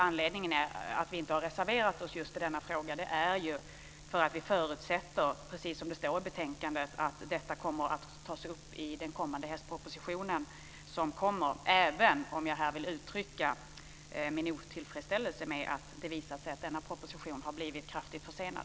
Anledningen till att vi inte har reserverat oss i just denna fråga är att vi förutsätter, precis som det står i betänkandet, att detta kommer att tas upp i den kommande hästpropositionen - även om jag här vill uttrycka min otillfredsställelse över att det visat sig att denna proposition har blivit kraftigt försenad.